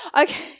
Okay